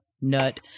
nut